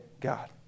God